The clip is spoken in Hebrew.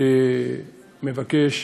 מבקש,